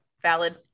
valid